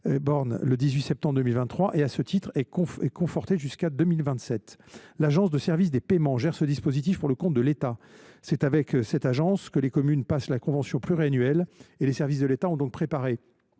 Élisabeth Borne et, à ce titre, est confortée jusqu’en 2027. L’Agence de services et de paiement gère ce dispositif pour le compte de l’État. C’est avec cette agence que les communes passent la convention pluriannuelle et que les services de l’État ont préparé